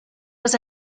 was